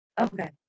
Okay